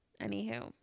Anywho